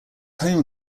home